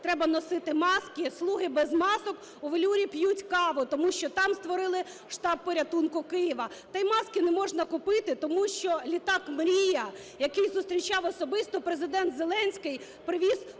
треба носити маски, "слуги" без масок у "Велюрі" п'ють каву, тому що там створили штаб порятунку Києва. Да, і маски не можна купити, тому що літак "Мрія", який зустрічав особисто Президент Зеленський, привіз